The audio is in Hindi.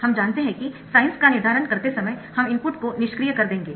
हम जानते है कि साइन्स का निर्धारण करते समय हम इनपुट को निष्क्रिय कर देंगे